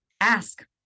ask